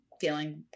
feeling